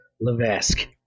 Levesque